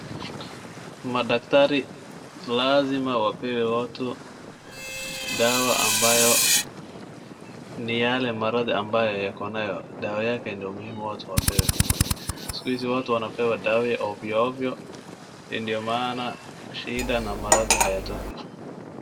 Madaktari lazima wapewe watu dawa ambayo ni yale maradhi ambayo yako nayo. Dawa yake ndio muhimu watu wapewe. Siku hizi watu wanapewa dawa ya ovyo ovyo, ndio maana shida na maradhi hayatoki.